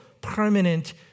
permanent